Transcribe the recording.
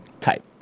type